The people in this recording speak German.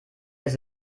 ist